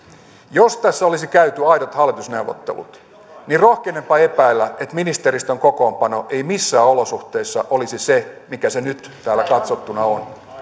jos tässä olisi käyty aidot hallitusneuvottelut niin rohkenenpa epäillä että ministeristön kokoonpano ei missään olosuhteissa olisi se mikä se nyt täältä katsottuna on